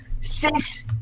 six